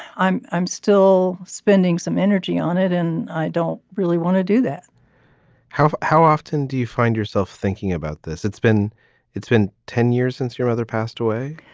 i'm i'm still spending some energy on it and i don't really want to do that how how often do you find yourself thinking about this? it's been it's been ten years since your mother passed away.